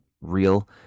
real